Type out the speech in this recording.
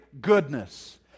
Goodness